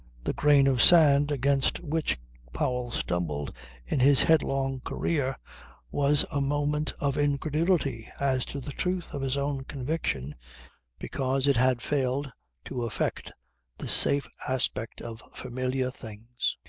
the grain of sand against which powell stumbled in his headlong career was a moment of incredulity as to the truth of his own conviction because it had failed to affect the safe aspect of familiar things.